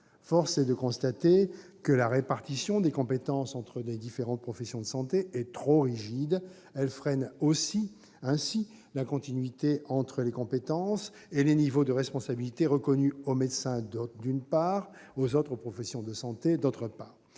Force est de constater que la répartition des compétences entre les différentes professions de santé est trop rigide. Elle freine ainsi la continuité entre les compétences et les niveaux de responsabilité reconnus aux médecins, d'une part, et aux autres professions de santé, d'autre part.